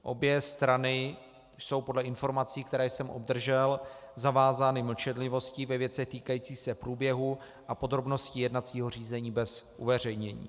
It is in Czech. Obě strany jsou podle informací, které jsem obdržel, zavázány mlčenlivostí ve věcech týkajících se průběhu a podrobností jednacího řízení bez uveřejnění.